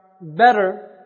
better